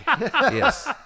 Yes